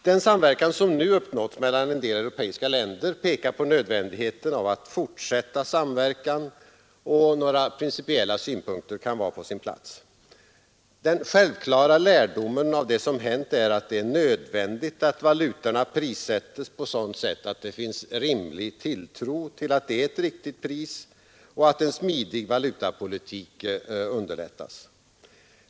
Den samverkan som nu uppnåtts mellan en del europeiska länder pekar på nödvändigheten av en fortsatt sådan samverkan, och några principiella synpunkter kan vara på sin plats. Den självklara lärdomen av det som hänt är, att det är nödvändigt att valutorna prissätts på sådant vis att det finns rimlig tilltro till att det är ett riktigt pris och att en smidig valutapolitik underlättas.